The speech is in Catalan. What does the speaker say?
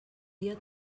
dia